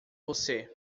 você